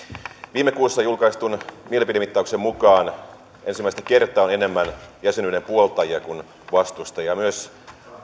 viime kuussa julkaistun mielipidemittauksen mukaan ensimmäistä kertaa on enemmän jäsenyyden puoltajia kuin vastustajia myös